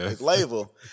label